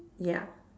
ya